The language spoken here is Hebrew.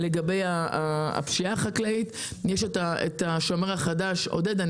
לגבי הפשיעה החקלאית: יש את השומר החדש וכולי, אני